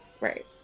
Right